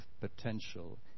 potential